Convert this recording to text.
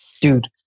dude